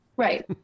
Right